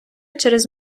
через